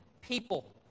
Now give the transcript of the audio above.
people